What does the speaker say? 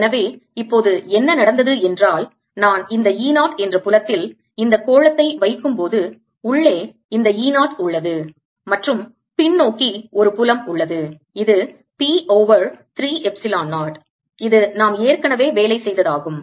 எனவே இப்போது என்ன நடந்தது என்றால் நான் இந்த E 0 என்ற புலத்தில் இந்த கோளத்தை வைக்கும் போது உள்ளே இந்த E 0 உள்ளது மற்றும் பின்னோக்கி ஒரு புலம் உள்ளது இது P ஓவர் 3 எப்சிலான் 0 இது நாம் ஏற்கனவே வேலை செய்ததாகும்